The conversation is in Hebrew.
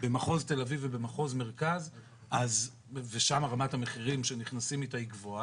בונים ברישוי עצמי ובהחלטת המועצה הארצית לגבי תמ"א